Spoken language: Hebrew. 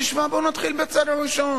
המשוואה, בוא נתחיל בראשון,